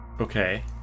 Okay